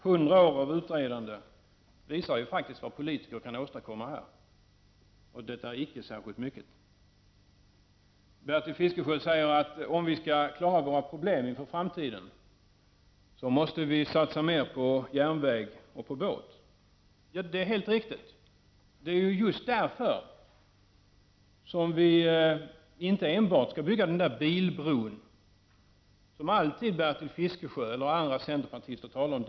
Hundra år av utredande visar vad politiker kan åstadkomma här, och det är icke särskilt mycket. Bertil Fiskesjö säger att om vi skall klara våra problem i framtiden, måste vi satsa mer på järnväg och på båt. Ja, det är helt riktigt, men det är ju just därför som vi inte enbart skall bygga bilbron, som Bertil Fiskesjö och andra centerpartister alltid talar om.